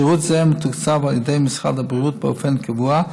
שירות זה מתוקצב על ידי משרד הבריאות באופן קבוע,